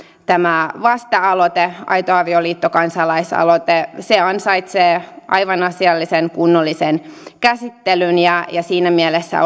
tämä vasta aloite aito avioliitto kansalaisaloite se ansaitsee aivan asiallisen kunnollisen käsittelyn siinä mielessä